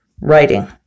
writing